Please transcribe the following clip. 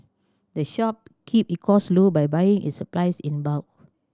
the shop keep it cost low by buying its supplies in bulk